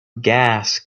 gas